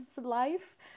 life